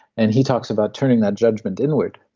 and he talks about turning that judgment inward,